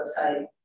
website